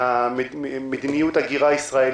מהמרכז למדיניות ההגירה,